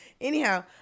Anyhow